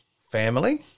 family